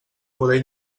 poder